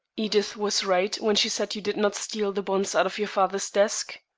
edith was right when she said you did not steal the bonds out of your father's desk?